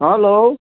hello